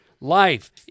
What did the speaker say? life